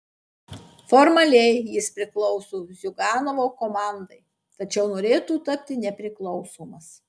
formaliai jis priklauso ziuganovo komandai tačiau norėtų tapti nepriklausomas